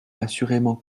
assurément